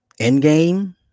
Endgame